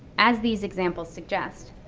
as these examples suggest,